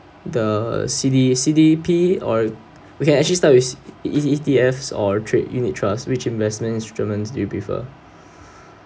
the C_D C_D_P or we can actually start with E E_T_Fa or trade unit trust which investment instruments you prefer